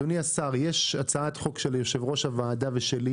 אדוני השר, יש הצעת חוק של יושב-ראש הוועדה ושלי